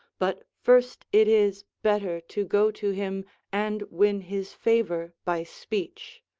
but first it is better to go to him and win his favour by speech.